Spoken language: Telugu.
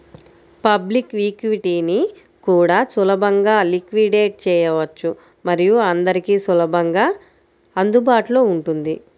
పబ్లిక్ ఈక్విటీని కూడా సులభంగా లిక్విడేట్ చేయవచ్చు మరియు అందరికీ సులభంగా అందుబాటులో ఉంటుంది